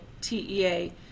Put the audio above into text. TEA